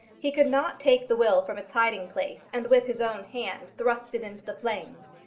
he could not take the will from its hiding-place and with his own hand thrust it into the flames.